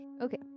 Okay